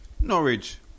Norwich